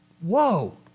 whoa